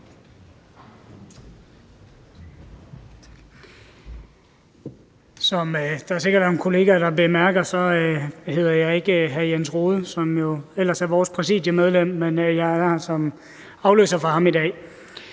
Som der sikkert er nogle kollegaer, der har bemærket, hedder jeg ikke Jens Rohde, som jo ellers er vores præsidiemedlem, men jeg er her som afløser for ham i dag.